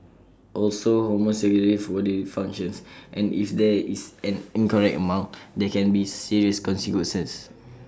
also hormones regulate bodily functions and if there is an incorrect amount there can be serious consequences